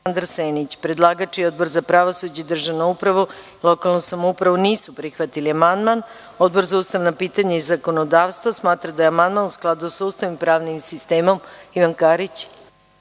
Senić. Predlagač i Odbor za pravosuđe, državnu upravu i lokalnu samoupravu nisu prihvatili amandman. Odbor za ustavna pitanja i zakonodavstvo smatra da je amandman u skladu sa Ustavom i pravnim sistemom. Reč ima